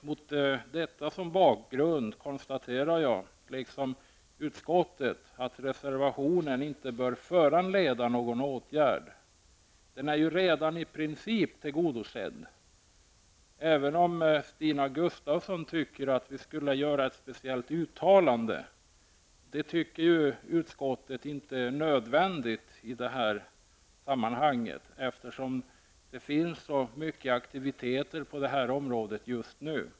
Med detta som bakgrund konstaterar jag, liksom utskottet, att reservationen inte bör föranleda någon åtgärd. Den är ju redan i princip tillgodosedd, även om Stina Gustavsson tycker att vi skall göra ett speciellt uttalande. Det tycker inte utskottsmajoriteten är nödvändigt i detta sammanhang, eftersom det finns så många aktiviteter på det här området just nu.